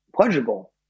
pleasurable